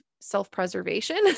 self-preservation